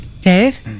Dave